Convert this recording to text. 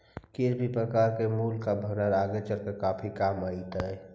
किसी भी प्रकार का मूल्य का भंडार आगे चलकर काफी काम आईतई